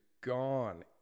gone